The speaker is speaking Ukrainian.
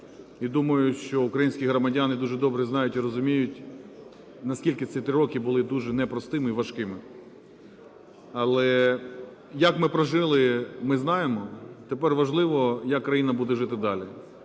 І думаю, що українські громадяни дуже добре знають і розуміють, наскільки ці 3 роки були дуже непростими і важкими. Але як ми прожили, ми знаємо, тепер важливо, як країна буде жити далі.